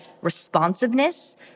responsiveness